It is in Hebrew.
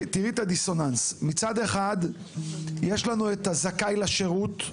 את הדיסוננס: מצד אחד יש לנו את הזכאי לשירות,